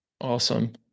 Awesome